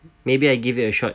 maybe I give it a shot